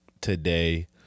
today